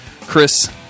Chris